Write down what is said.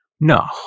No